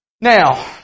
Now